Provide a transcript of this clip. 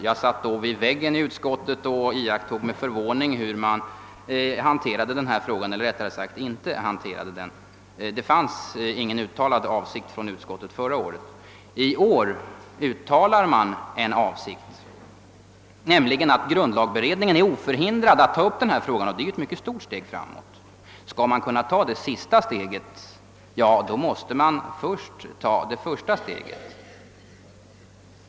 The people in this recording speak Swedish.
Jag satt då vid väggen i utskottsrummet och iakttog med förvåning hur man hanterade — eller rättare sagt inte hanterade — denna fråga. Förra året fanns ingen uttalad avsikt från utskottets sida. I år uttalar utskottet en avsikt, nämligen att grundlagberedningen inte är förhindrad att ta upp denna fråga — vilket är ett mycket stort steg framåt. Skall man kunna ta det sista steget måste man först ta det första steget.